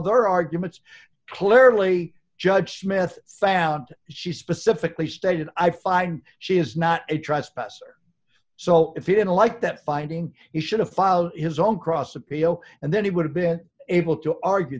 their arguments clearly judge smith found she specifically stated i find she is not a trespasser so if you didn't like that finding you should have filed his own cross appeal and then he would have been able to argue